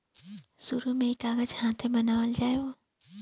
शुरु में ई कागज हाथे बनावल जाओ